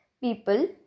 people